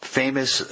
famous